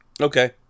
Okay